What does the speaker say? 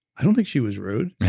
i don't think she was rude.